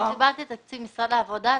אני דיברתי על תקציב משרד העבודה.